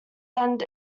end